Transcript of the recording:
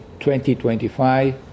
2025